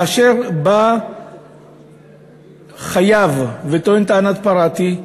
כאשר בא חייב וטוען טענת "פרעתי",